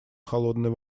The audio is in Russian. холодной